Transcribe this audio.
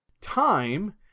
Time